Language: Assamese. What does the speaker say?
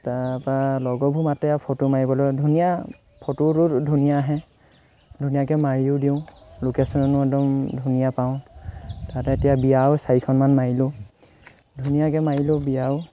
তাৰাপৰা লগৰবোৰ মাতে আৰু ফটো মাৰিবলৈ ধুনীয়া ফটোটো ধুনীয়া আহে ধুনীয়াকৈ মাৰিও দিওঁ লোকেশ্যনো একদম ধুনীয়া পাওঁ তাতে এতিয়া বিয়াও চাৰিখনমান মাৰিলোঁ ধুনীয়াকৈ মাৰিলোঁ বিয়াও